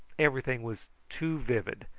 everything was too vivid,